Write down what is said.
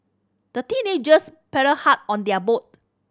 the teenagers paddled hard on their boat